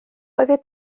oeddet